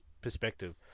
perspective